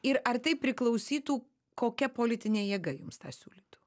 ir ar tai priklausytų kokia politinė jėga jums tą siūlytų